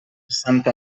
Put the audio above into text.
santa